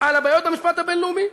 על הבעיות במשפט הבין-לאומי.